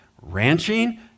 ranching